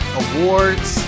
awards